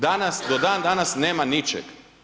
Danas, do dan danas nema ničeg.